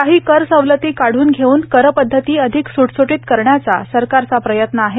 काही करसवलती काढून घेऊन करपदधती अधिक सुटसुटीत करण्याचा सरकारचा प्रयत्न आहे